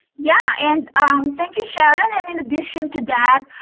yeah and thank you, sharon and in addition to that,